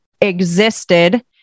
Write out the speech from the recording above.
existed